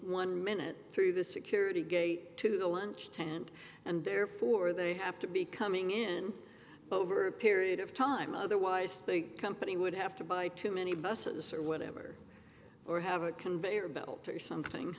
one minute through the security gate to the lunch tent and therefore they have to be coming in over a period of time otherwise they company would have to buy too many buses or whatever or have a conveyor belt or something